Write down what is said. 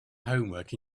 homework